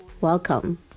Welcome